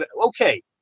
okay